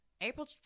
April